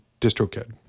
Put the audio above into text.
DistroKid